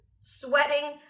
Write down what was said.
sweating